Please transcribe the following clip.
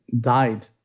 died